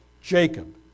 Jacob